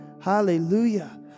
hallelujah